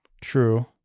True